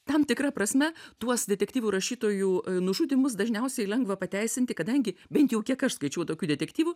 tam tikra prasme tuos detektyvų rašytojų nužudymus dažniausiai lengva pateisinti kadangi bent jau kiek aš skaičiau tokių detektyvų